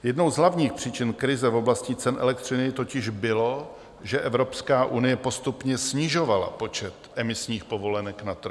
Jednou z hlavních příčin krize v oblasti cen elektřiny totiž bylo, že Evropská unie postupně snižovala počet emisních povolenek na trhu.